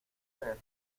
ver